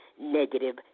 negative